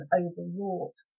overwrought